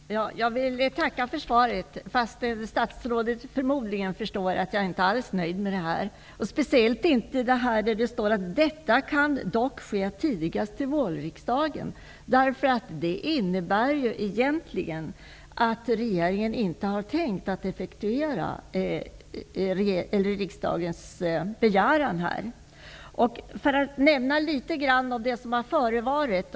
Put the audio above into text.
Fru talman! Jag vill tacka för svaret, fast statsrådet förmodligen förstår att jag inte är alls nöjd med det. Det gäller speciellt att statsrådet sade att ''detta kan dock ske tidigast till vårriksdagen''. Det innebär ju egentligen att regeringen inte har tänkt att effektuera riksdagens begäran. Jag skall nämna litet grand vad som har hänt tidigare.